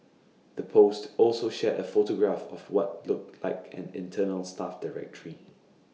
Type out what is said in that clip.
the post also shared A photograph of what looked like an internal staff directory